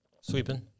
Sweeping